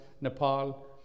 Nepal